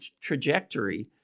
trajectory